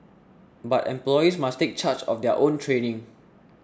but employees must take charge of their own training